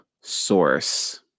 source